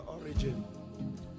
origin